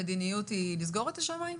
המדיניות בארצות הברית היא לסגור את השמיים?